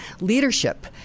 leadership